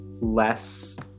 less